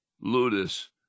ludus